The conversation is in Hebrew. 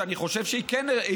שאני חושב שהיא כן נכונה.